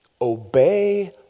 obey